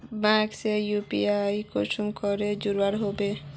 Bank से UPI कुंसम करे जुड़ो होबे बो?